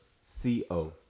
C-O